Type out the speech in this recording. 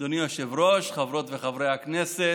אדוני היושב-ראש, חברות וחברי הכנסת,